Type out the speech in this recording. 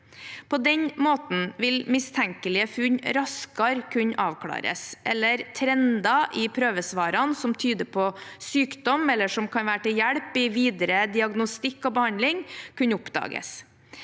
På den måten vil mistenkelige funn raskere kunne avklares eller trender i prøvesvarene som tyder på sykdom, eller som kan være til hjelp i videre diagnostikk og behandling, kunne oppdages.